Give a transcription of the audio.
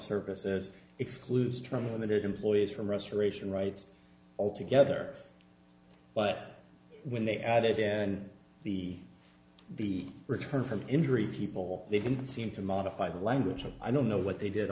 services excludes trumpet employees from restoration rights altogether but when they added and the the return from injury people they didn't seem to modify the language and i don't know what they did